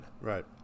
Right